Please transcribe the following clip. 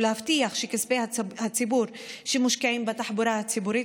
ולהבטיח שכספי הציבור שמושקעים בתחבורה הציבורית